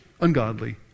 Ungodly